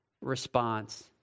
response